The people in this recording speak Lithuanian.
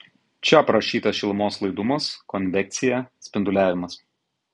čia aprašytas šilumos laidumas konvekcija spinduliavimas